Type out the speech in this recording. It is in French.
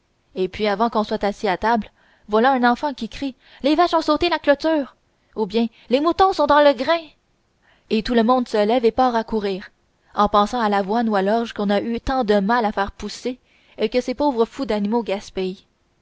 et puis avant qu'on soit assis à table voilà un enfant qui crie les vaches ont sauté la clôture ou bien les moutons sont dans le grain et tout le monde se lève et part à courir en pensant à l'avoine ou à l'orge qu'on a eu tant de mal à faire pousser et que ces pauvres fous d'animaux gaspillent